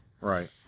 Right